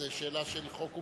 זו שאלה של חוק ומשפט.